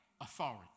authority